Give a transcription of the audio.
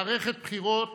מערכת בחירות